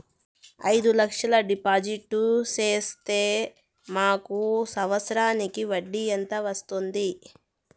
అయిదు లక్షలు డిపాజిట్లు సేస్తే మాకు సంవత్సరానికి వడ్డీ ఎంత వస్తుంది?